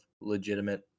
legitimate